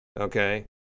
Okay